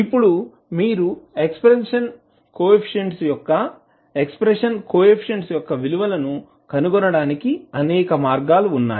ఇప్పుడు మీరు expansion coefficients యొక్క విలువలను కనుగొనడానికి అనేక మార్గాలు ఉన్నాయి